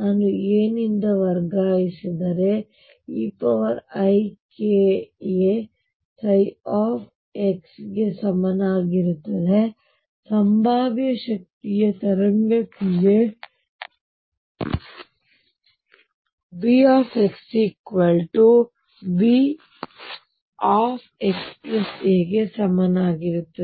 ನಾನು a ನಿಂದ ವರ್ಗಾಯಿಸಿದರೆeikaψ ಗೆ ಸಮನಾಗಿರುತ್ತದೆ ಸಂಭಾವ್ಯ ಶಕ್ತಿಯ ತರಂಗ ಕ್ರಿಯೆ V V xa ಗೆ ಸಮನಾಗಿರುತ್ತದೆ